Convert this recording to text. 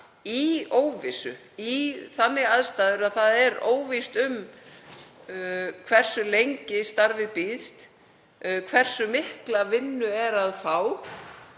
í óvissu, í þannig aðstæður að óvíst er um hversu lengi starfið býðst, hversu mikla vinnu er að fá,